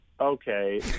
okay